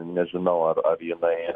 nežinau ar ar jinai